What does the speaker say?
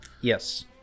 Yes